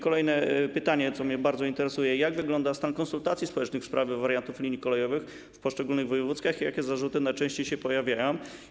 Kolejne pytanie o to, co mnie bardzo interesuje: Jak wygląda stan konsultacji społecznych w sprawie wariantów linii kolejowych w poszczególnych województwach i jakie zarzuty najczęściej się pojawiają?